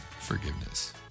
forgiveness